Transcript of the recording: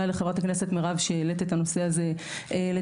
לחברת הכנסת מירב שהעלית את הנושא הזה לדיון,